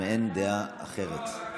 מעין דעה אחרת.